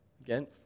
Again